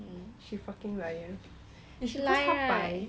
is lie right